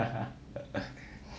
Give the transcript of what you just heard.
ha ha